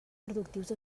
productius